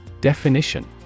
Definition